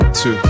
two